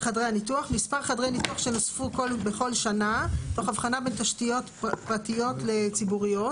מספר חדרי ניתוח שנוספו בכל שנה תוך הבחנה בין תשתיות פרטיות לציבוריות.